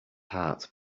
heart